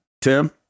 tim